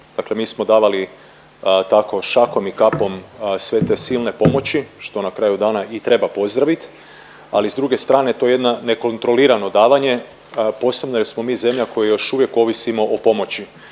dakle mi smo davali tako šakom i kapom sve te silne pomoći, što na kraju dana i treba pozdravit, ali s druge strane to je jedno nekontrolirano davanje, posebno jer smo mi zemlja koja još uvijek ovisimo o pomoći,